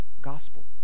gospel